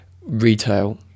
retail